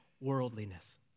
worldliness